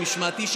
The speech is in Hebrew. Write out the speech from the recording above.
ומשמעתי,